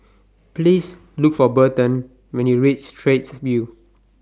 Please Look For Burton when YOU REACH Straits View